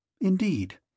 Indeed